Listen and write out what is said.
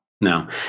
no